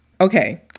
Okay